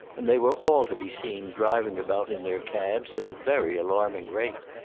and they were all to be seen driving about in their cabs at a very alarming rate.